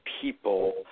people